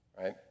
right